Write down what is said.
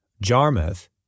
Jarmuth